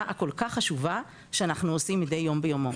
הכל כך חשובה שאנחנו עושים מדי יום ביומו'.